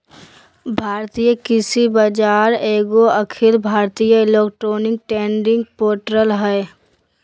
राष्ट्रीय कृषि बाजार एगो अखिल भारतीय इलेक्ट्रॉनिक ट्रेडिंग पोर्टल हइ